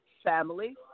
Family